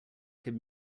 could